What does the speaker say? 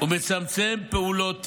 ומצמצם פעולות טרור.